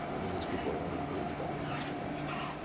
when these people are only worried about their next election?